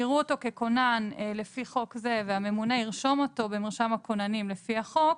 יראו אותו ככונן לפי חוק זה והממונה ירשום אותו במרשם הכוננים לפי החוק,